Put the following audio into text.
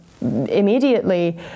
immediately